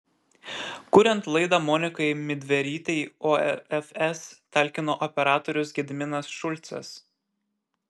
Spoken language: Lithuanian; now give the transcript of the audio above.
kuriant laidą monikai midverytei ofs talkino operatorius gediminas šulcas